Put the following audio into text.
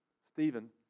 Stephen